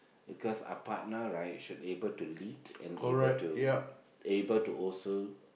because a partner right should able to lead and able to able to also